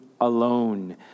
alone